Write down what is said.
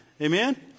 Amen